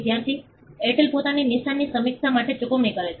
વિદ્યાર્થી એરટેલ પોતાના નિશાનની સમીક્ષા માટે ચૂકવણી કરે છે